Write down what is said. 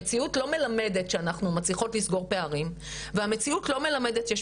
המציאות לא מלמדת שאנחנו מצליחות לסגור פערים והמציאות לא מלמדת שיש